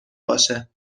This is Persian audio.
باشه